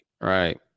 right